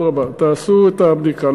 אדרבה, תעשו את הבדיקה.